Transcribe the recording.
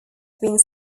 being